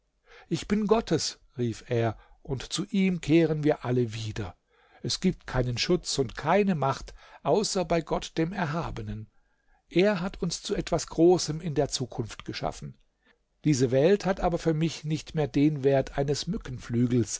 ich bin gottes rief er und zu ihm kehren wir alle wieder es gibt keinen schutz und keine macht außer bei gott dem erhabenen er hat uns zu etwas großem in der zukunft geschaffen diese welt hat aber für mich nicht mehr den wert eines